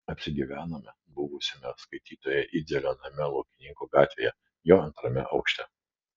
apsigyvenome buvusiame sakytojo idzelio name laukininkų gatvėje jo antrame aukšte